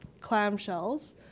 clamshells